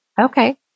Okay